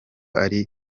ari